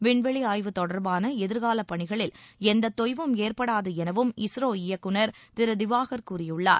விண்வெளி ஆய்வு தொடர்பான எதிர்கால பணிகளில் எந்தத் தொய்வும் ஏற்படாது எனவும் இஸ்ரோ இயக்குநர் திரு திவாகர் கூறியுள்ளார்